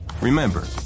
Remember